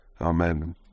Amen